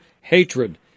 hatred